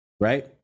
Right